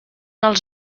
els